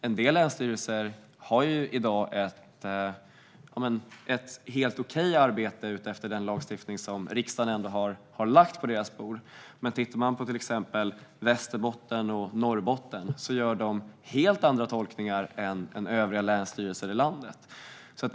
En del länsstyrelser har i dag ett helt okej arbete utifrån den lagstiftning riksdagen ändå har lagt på deras bord, men länsstyrelserna i till exempel Västerbotten och Norrbotten gör helt andra tolkningar än övriga länsstyrelser i landet.